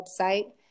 website